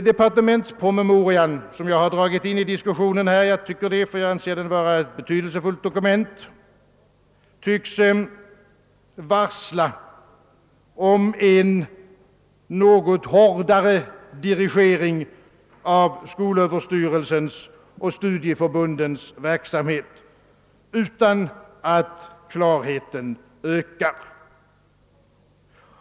Departementspromemorian, som jag har dragit in i diskussionen här därför att jag anser den vara ett betydelsefullt dokument, tycks varsla om en något hårdare dirigering av skolöverstyrelsens och studieförbundens verksamhet utan att klarheten ökar.